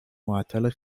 معطل